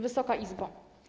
Wysoka Izbo!